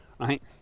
right